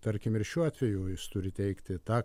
tarkim ir šiuo atveju jis turi teikti tą